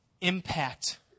impact